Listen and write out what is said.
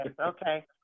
okay